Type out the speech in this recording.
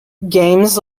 games